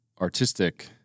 artistic